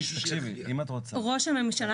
ראש הממשלה,